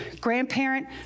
grandparent